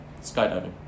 Skydiving